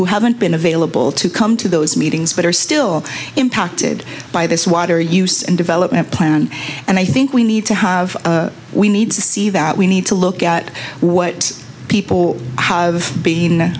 who haven't been available to come to those meetings but are still impacted by this water use and development plan and i think we need to have we need to see that we need to look at what people have been